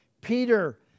Peter